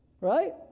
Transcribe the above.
Right